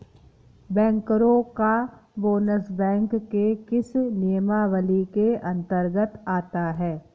बैंकरों का bonus bank के किस नियमावली के अंतर्गत आता है?